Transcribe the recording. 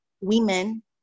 women